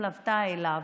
התלוותה אליו,